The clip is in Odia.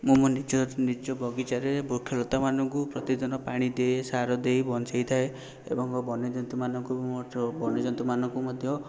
ମୁଁ ମୋ ନିଜ ନିଜ ବଗିଚାରେ ବୃକ୍ଷଲତାମାନଙ୍କୁ ପ୍ରତିଦିନ ପାଣି ଦିଏ ସାର ଦେଇ ବଞ୍ଚେଇ ଥାଏ ଏବଂ ବନ୍ୟଜନ୍ତୁମାନଙ୍କୁ ମଧ୍ୟ ବନ୍ୟଜନ୍ତୁମାନଙ୍କୁ ମଧ୍ୟ